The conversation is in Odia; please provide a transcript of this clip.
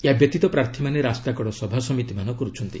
ଏହା ବ୍ୟତୀତ ପ୍ରାର୍ଥୀମାନେ ରାସ୍ତାକଡ଼ ସଭାସମିତିମାନ କରୁଛନ୍ତି